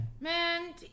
man